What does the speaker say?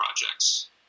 projects